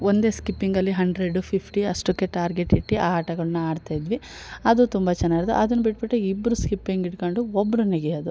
ಒಂದೇ ಸ್ಕಿಪ್ಪಿಂಗಲ್ಲಿ hundred fifty ಅಷ್ಟಕ್ಕೆ ಟಾರ್ಗೆಟ್ ಇಟ್ಟು ಆ ಆಟಗಳನ್ನ ಆಡ್ತಾಯಿದ್ವಿ ಅದು ತುಂಬ ಚೆನ್ನಾಗಿರೋದು ಅದನ್ನು ಬಿಟ್ಬಿಟ್ಟು ಇಬ್ಬರು ಸ್ಕಿಪ್ಪಿಂಗ್ ಹಿಡ್ಕಂಡ್ ಒಬ್ಬರು ನೆಗೆಯೋದು